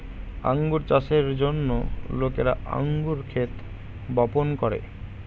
আঙ্গুর চাষের জন্য লোকেরা আঙ্গুর ক্ষেত বপন করে